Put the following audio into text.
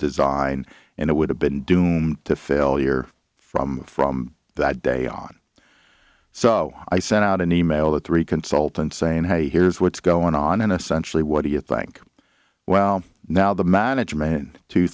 design and it would have been doomed to failure from from that day on so i sent out an e mail with three consultants saying hey here's what's going on in a century what do you think well now the management two